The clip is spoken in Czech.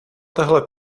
tahle